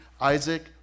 Isaac